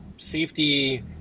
safety